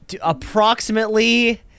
approximately